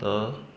ah